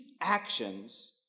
actions